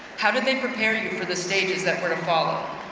how did they prepare you for the stages that were to follow?